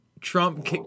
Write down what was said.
Trump